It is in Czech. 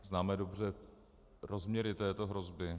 Známe dobře rozměry této hrozby?